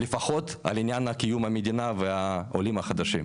לפחות על עניין קיום המדינה והעולים החדשים.